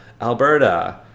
Alberta